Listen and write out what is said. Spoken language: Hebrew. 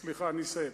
סליחה, אני אסיים.